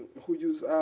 who used